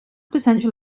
potential